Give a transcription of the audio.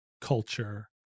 culture